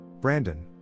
Brandon